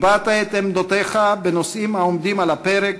הבעת את עמדותיך בנושאים העומדים על הפרק,